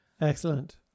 Excellent